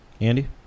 Andy